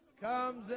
comes